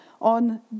on